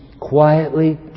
quietly